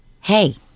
hey